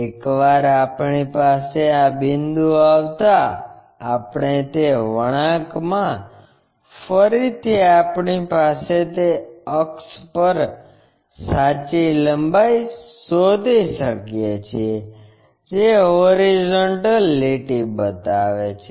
એકવાર આપણી પાસે આં બિંદુ આવતા આપણે તે વળાંક મા ફરીથી આપણી પાસે તે અક્ષ પર સાચી લંબાઈ શોધી શકીએ છીએ જે હોરિઝોન્ટલ લીટી બનાવે છે